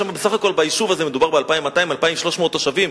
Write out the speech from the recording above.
בסך הכול ביישוב הזה מדובר ב-2,200 2,300 תושבים.